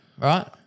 right